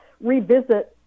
revisit